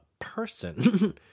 person